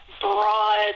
broad